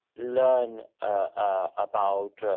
learn about,